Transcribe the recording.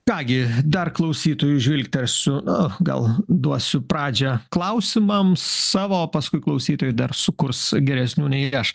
ką gi dar klausytojų žvilgtelsiu nu gal duosiu pradžią klausimams savo paskui klausytojui dar sukurs geresnių nei aš